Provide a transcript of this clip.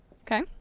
Okay